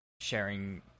sharing